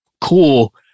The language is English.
cool